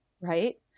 Right